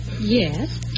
Yes